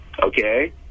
Okay